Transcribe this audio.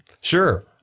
Sure